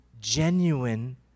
genuine